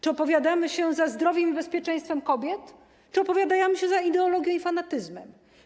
Czy opowiadamy się za zdrowiem i bezpieczeństwem kobiet, czy opowiadamy się za ideologią i fanatyzmem?